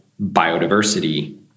biodiversity